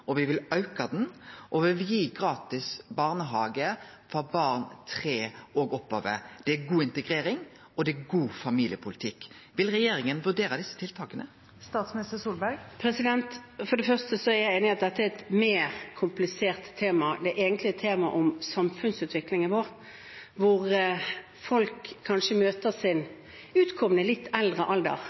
og vi vil auke han. Og vi vil gi gratis barnehage frå barn nr. 3 og oppover. Det er god integrering, og det er god familiepolitikk. Vil regjeringa vurdere desse tiltaka? For det første er jeg enig i at dette er et mer komplisert tema. Det er egentlig et tema om samfunnsutviklingen vår. Folk møter kanskje sin utkårede – den man har lyst til å få barn med – i litt eldre